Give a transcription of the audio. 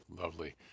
Lovely